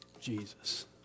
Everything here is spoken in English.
Jesus